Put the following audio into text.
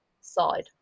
side